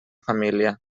família